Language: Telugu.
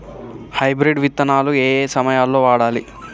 హైబ్రిడ్ విత్తనాలు ఏయే సమయాల్లో వాడాలి?